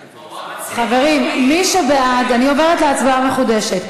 חברים, אני עוברת להצבעה מחודשת.